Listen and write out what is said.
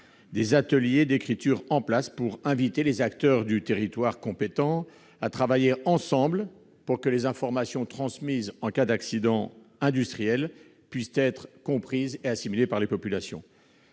des ateliers d'écriture en invitant les acteurs du territoire compétents à travailler ensemble pour que les informations transmises en cas d'incident industriel puissent être comprises et assimilées par les populations.